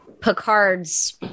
picard's